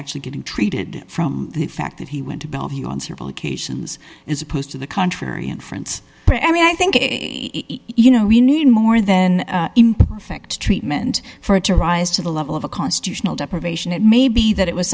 actually getting treated from the fact that he went to bellevue on civil occasions as opposed to the contrary inference i mean i think you know we need more than imperfect treatment for it to rise to the level of a constitutional deprivation it may be that it was